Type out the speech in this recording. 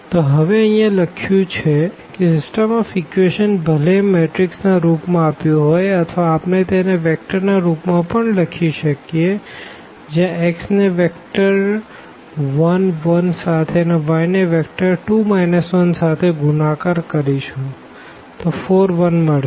તો હવે અહિયાં આ લખ્યું છે કે સીસ્ટમ ઓફ ઇકવેશન ભલે એ મેટ્રીક્સ ના રૂપ માં આપ્યું હોઈ અથવા આપણે તેને વેક્ટરના રૂપ માં પણ લખી શકીએ જ્યાં x ને વેક્ટર 1 1 સાથે અને y ને વેક્ટર 2 1 સાથે ગુણાકાર કરીશું તો 4 1 મળશે